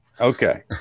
Okay